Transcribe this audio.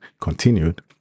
continued